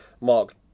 Mark